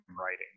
writing